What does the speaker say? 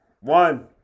One